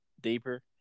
deeper